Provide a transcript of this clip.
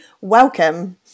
welcome